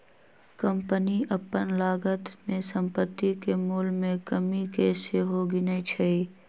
company अप्पन लागत में सम्पति के मोल में कमि के सेहो गिनै छइ